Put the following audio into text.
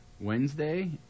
wednesday